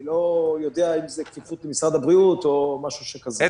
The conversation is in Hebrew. אני לא יודע אם זה כפיפות ממשרד הבריאות או משהו שכזה.